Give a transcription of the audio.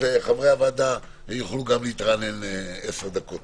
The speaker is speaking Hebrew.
וחברי הוועדה יוכלו גם להתרענן 10 דקות.